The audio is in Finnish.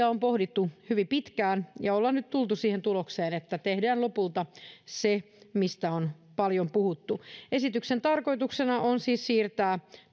on pohdittu hyvin pitkään ja ollaan nyt tultu siihen tulokseen että tehdään lopulta se mistä on paljon puhuttu esityksen tarkoituksena on siis siirtää